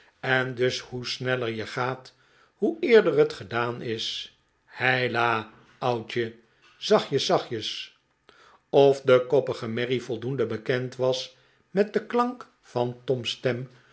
en dus hoe sneller je gaat hoe eerder het gedaan is heila oudje zachtjes zachtjes of de koppige merrie voldoende bekend was met den klank van toms stem